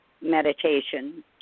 meditation